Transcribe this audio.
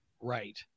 Right